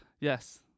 Yes